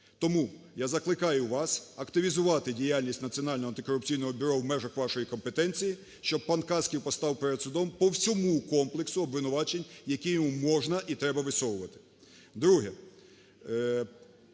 Тому я закликаю вас активізувати діяльність Національного антикорупційного бюро в межах вашої компетенції, щоб пан Каськів постав перед судом по всьому комплексу обвинувачень, які йому можна і треба висовувати.